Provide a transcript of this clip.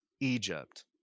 Egypt